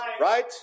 right